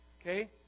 Okay